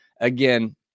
again